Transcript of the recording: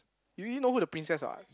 you already know who the princess what